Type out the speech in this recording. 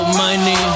money